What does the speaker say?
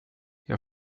jag